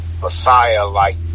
Messiah-like